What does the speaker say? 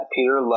Peter